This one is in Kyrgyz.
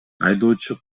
айдоочу